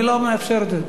אני לא מאפשר את זה.